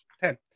Ten